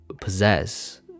possess